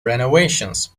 renovations